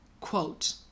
quote